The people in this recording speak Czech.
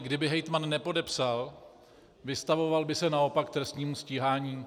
Kdyby hejtman nepodepsal, vystavoval by se naopak trestnímu stíhání.